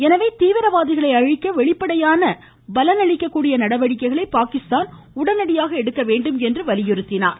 எனவே தீவிரவாதிகளை அழிக்க வெளிப்படையான பலனளிக்கக்கூடிய நடவடிக்கைகளை பாகிஸ்தான் உடனடியாக எடுக்கவேண்டும் என அவர் வலியுறுத்தினார்